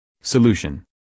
Solution